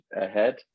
ahead